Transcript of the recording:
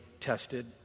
tested